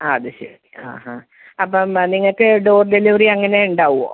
അത് ശരി ആ ആ അപ്പോള് ആ നിങ്ങള്ക്ക് ഡോർ ഡെലിവറി അങ്ങനെ ഉണ്ടാവുമോ